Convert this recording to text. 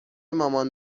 مامان